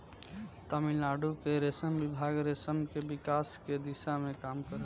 तमिलनाडु के रेशम विभाग रेशम के विकास के दिशा में काम करेला